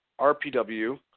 RPW